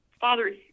Father